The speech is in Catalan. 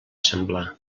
semblar